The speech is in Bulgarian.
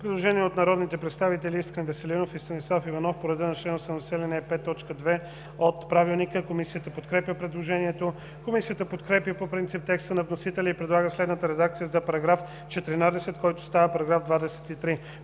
Предложение от народните представители Искрен Веселинов и Станислав Иванов по реда на чл. 80, ал. 5, т. 2 от Правилника. Комисията подкрепя предложението. Комисията подкрепя по принцип текста на вносителя и предлага следната редакция за § 14, който става § 23: „§ 23.